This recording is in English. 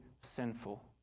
sinful